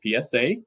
PSA